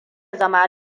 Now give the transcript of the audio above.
zama